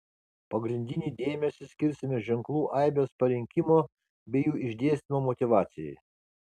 pagrindinį dėmesį skirsime ženklų aibės parinkimo bei jų išdėstymo motyvacijai